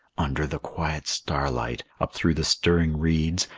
under the quiet starlight, up through the stirring reeds,